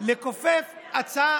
אפשרות לסחטנות, לכופף הצעה,